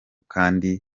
kandi